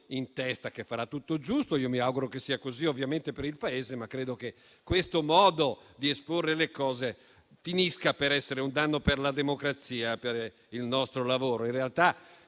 in testa, che farà tutto giusto. Mi auguro per il Paese che sia così, ma credo che questo modo di esporre le cose finisca per essere un danno per la democrazia e per il nostro lavoro. In realtà